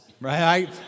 right